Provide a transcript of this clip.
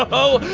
ah oh